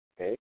okay